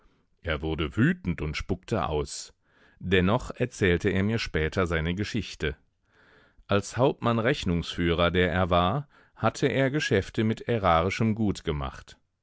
er wurde wütend und spuckte aus dennoch erzählte er mir später seine geschichte als hauptmannrechnungsführer der er war hatte er geschäfte mit ärarischem gut gemacht